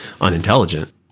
unintelligent